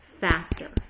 faster